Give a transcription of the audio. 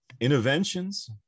Interventions